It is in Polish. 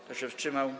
Kto się wstrzymał?